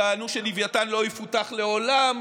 טענו שלווייתן לא יפותח לעולם,